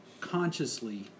consciously